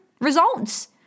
results